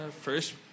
First